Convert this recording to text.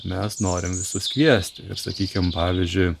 mes norim visus kviesti ir sakykim pavyzdžiui